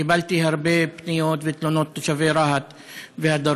קיבלתי הרבה פניות ותלונות מתושבי רהט והדרום,